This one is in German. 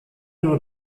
nur